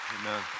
Amen